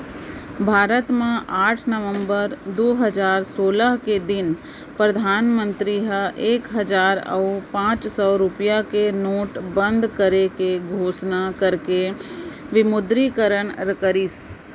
भारत म आठ नवंबर दू हजार सोलह के दिन परधानमंतरी ह एक हजार अउ पांच सौ रुपया के नोट बंद करे के घोसना करके विमुद्रीकरन करिस